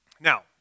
Now